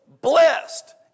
Blessed